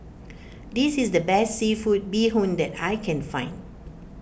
this is the best Seafood Bee Hoon that I can find